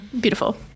Beautiful